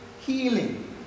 healing